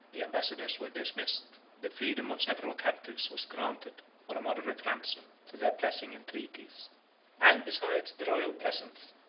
the ambassadors were dismissed the freedom of several captives was granted, for a moderate ransom, to their pressing entreaties and, besides the royal presents,